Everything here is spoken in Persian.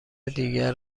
دیگر